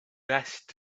best